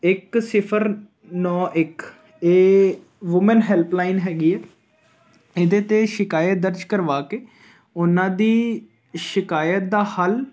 ਇੱਕ ਸਿਫਰ ਨੌ ਇੱਕ ਇਹ ਵੂਮਨ ਹੈਲਪਲਾਈਨ ਹੈਗੀ ਹੈ ਇਹਦੇ 'ਤੇ ਸ਼ਿਕਾਇਤ ਦਰਜ ਕਰਵਾ ਕੇ ਉਹਨਾਂ ਦੀ ਸ਼ਿਕਾਇਤ ਦਾ ਹੱਲ